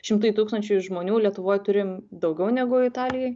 šimtui tūkstančių žmonių lietuvoj turim daugiau negu italijoj